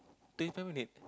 twenty five minute